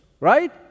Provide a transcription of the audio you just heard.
right